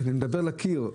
אני מדבר לקיר.